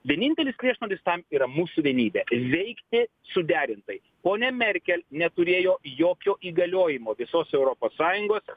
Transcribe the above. vienintelis priešnuodis tam yra mūsų vienybė veikti suderintai ponia merkel neturėjo jokio įgaliojimo visos europos sąjungos